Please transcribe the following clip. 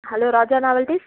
hello Raja novelties